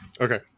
okay